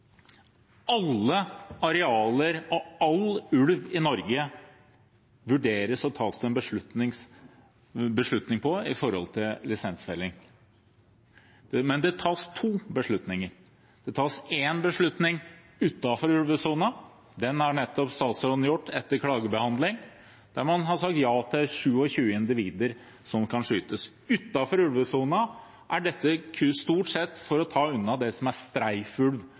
Alle arealer og all ulv i Norge vurderes og tas en beslutning om når det gjelder lisensfelling, men det tas to beslutninger. Det tas én beslutning utenfor ulvesonen, og det har nettopp statsråden gjort, etter klagebehandling, der man har sagt ja til at det kan skytes 27 individer. Utenfor ulvesonen er dette stort sett for å ta unna det som er streifulv